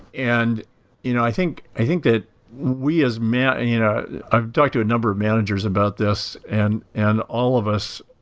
and you know i think i think that we as and you know i've talked to a number of managers about this and and all of us,